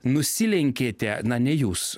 nusilenkėte na ne jūs